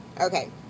Okay